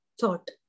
thought